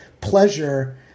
pleasure